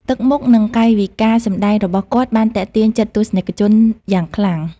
ទឹកមុខនិងកាយវិការសម្ដែងរបស់គាត់បានទាក់ទាញចិត្តទស្សនិកជនយ៉ាងខ្លាំង។